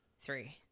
Three